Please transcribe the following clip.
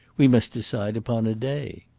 we must decide upon a day.